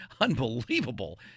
unbelievable